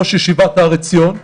ראש ישיבת הר עציון,